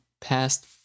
past